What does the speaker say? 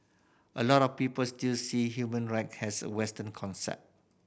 a lot of people still see human right as a Western concept